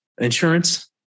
insurance